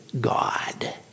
God